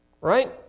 Right